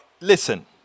listen